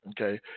Okay